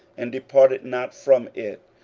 and departed not from it,